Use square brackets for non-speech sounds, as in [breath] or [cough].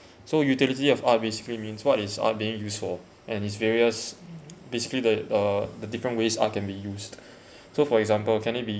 so utility of art basically means what is art being used for and its various basically the uh the different ways art can be used [breath] so for example can it be